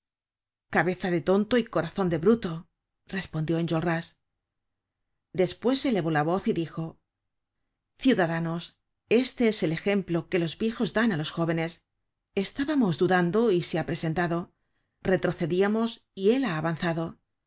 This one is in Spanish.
cabeza de tonto y corazon do bruto respondió enjolras despues elevó la voz y dijo ciudadanos este es el ejemplo que los viejos dan á los jóvenes estábamos dudando y se ha presentado retrocedíamos y él ha avanzado ved